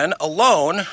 alone